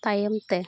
ᱛᱟᱭᱚᱢᱛᱮ